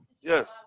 Yes